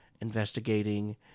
investigating